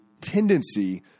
tendency